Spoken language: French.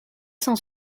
cent